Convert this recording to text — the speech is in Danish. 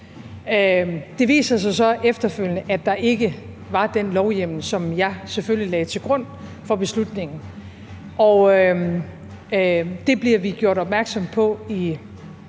Det viser sig så efterfølgende, at der ikke var den lovhjemmel, som jeg selvfølgelig lagde til grund for beslutningen. Det bliver vi gjort opmærksomme på i